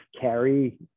carry